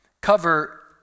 cover